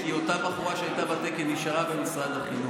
כי אותה בחורה שהייתה בתקן נשארה במשרד החינוך.